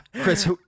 Chris